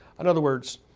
in other words,